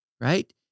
right